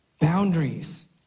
boundaries